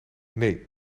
nee